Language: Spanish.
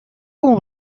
como